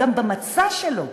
גם במצע שלו,